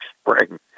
spring